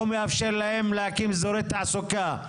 להקים אזורי תעסוקה.